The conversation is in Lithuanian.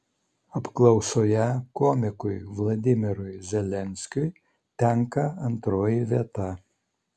apklausoje komikui vladimirui zelenskiui tenka antroji vieta